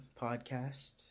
podcast